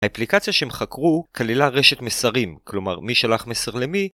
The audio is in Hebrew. האפליקציה שהם חקרו כללה רשת מסרים, כלומר מי שלח מסר למי